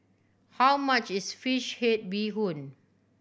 how much is fish head bee hoon